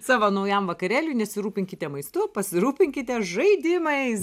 savo naujam vakarėliui nesirūpinkite maistu pasirūpinkite žaidimais